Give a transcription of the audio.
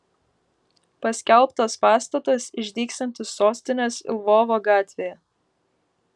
paskelbtas pastatas išdygsiantis sostinės lvovo gatvėje